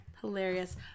hilarious